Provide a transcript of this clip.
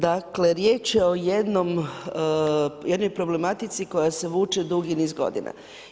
Dakle, riječ je o jednoj problematici koja se vuče dugi niz godina.